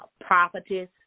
Prophetess